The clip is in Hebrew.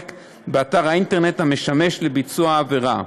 באתר האינטרנט המשמש לביצוע העבירה.